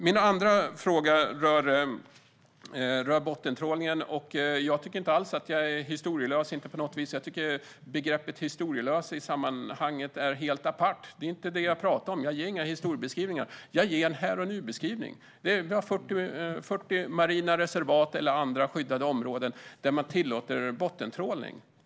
Jag vill också ta upp bottentrålningen. Jag tycker inte att jag på något sätt är historielös. Begreppet historielös i sammanhanget tycker jag är helt apart. Det är inte det som jag talar om. Jag ger inga historiebeskrivningar, utan jag ger en beskrivning av hur det är här och nu. Vi har 40 marina reservat eller andra skyddade områden där man tillåter bottentrålning.